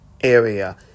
area